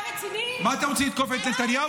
אתה רציני --- מה אתם רוצים, לתקוף את נתניהו?